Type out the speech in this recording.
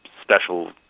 special